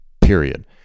period